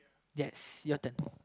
yes your turn